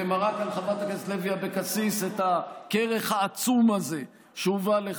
ומראה כאן חברת הכנסת לוי אבקסיס את הכרך העצום הזה שהובא לכאן.